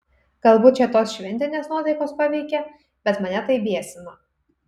galbūt čia tos šventinės nuotaikos paveikė bet mane tai biesina